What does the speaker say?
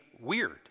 weird